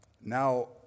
Now